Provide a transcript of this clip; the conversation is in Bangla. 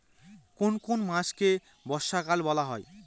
কোন কোন মাসকে বর্ষাকাল বলা হয়?